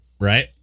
Right